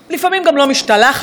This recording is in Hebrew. לפעמים גם לא משתלחת.